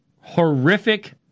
horrific